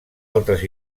altres